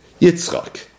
Yitzchak